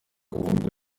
kuvurwa